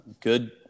good